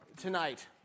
Tonight